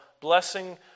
blessing